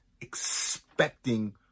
expecting